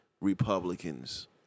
Republicans